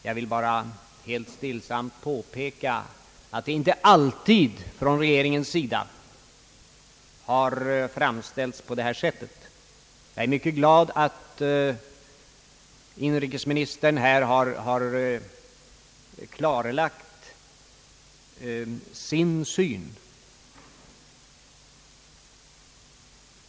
Jag vill bara helt stillsamt påpeka att frågan inte alltid av regeringen har framställts på det här sättet. Jag är mycket glad över att inrikesministern här har klarlagt sin syn på problemet.